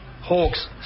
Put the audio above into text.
Hawks